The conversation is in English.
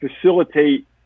facilitate